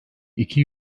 iki